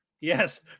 Yes